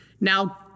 Now